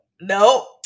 no